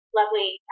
lovely